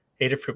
Adafruit